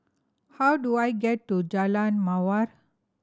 how do I get to Jalan Mawar